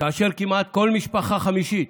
וכמעט כל משפחה חמישית